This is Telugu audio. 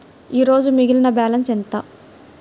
ఈరోజు మిగిలిన బ్యాలెన్స్ ఎంత?